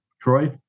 Troy